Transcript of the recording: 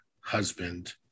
husband